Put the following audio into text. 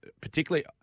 Particularly